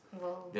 !wow!